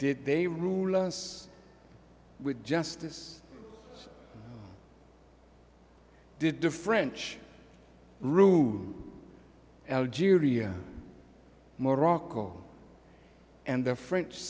did they rule us with justice did the french rude algeria morocco and the french